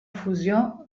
fusió